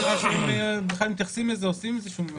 אבל לא ברור אם בכלל מתייחסים לזה, עושים משהו.